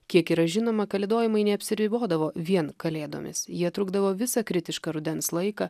kiek yra žinoma kalėdojimai neapsiribodavo vien kalėdomis jie trukdavo visą kritišką rudens laiką